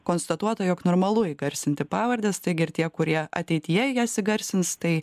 konstatuota jog normalu įgarsinti pavardes taigi ir tie kurie ateityje jas įgarsins tai